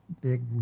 big